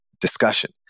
discussion